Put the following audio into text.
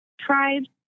tribes